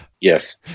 Yes